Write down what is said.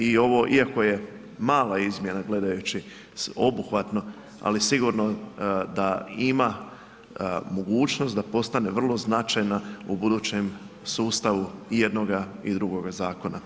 I ovo iako je mala izmjena gledajući sveobuhvatno ali sigurno da ima mogućnost da postane vrlo značajna u budućem sustavu i jednoga i drugoga zakona.